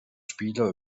spieler